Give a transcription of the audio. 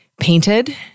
painted